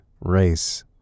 race